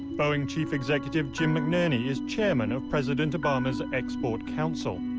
boeing chief executive jim mcnerney is chairman of president obama's export council.